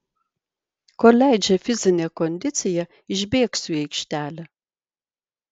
kol leidžia fizinė kondicija išbėgsiu į aikštelę